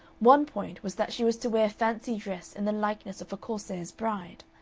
one point was that she was to wear fancy dress in the likeness of a corsair's bride,